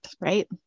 right